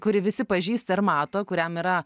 kurį visi pažįsta ir mato kuriam yra